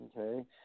Okay